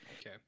Okay